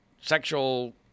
sexual